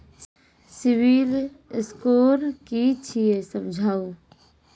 Civil score कि छियै समझाऊ?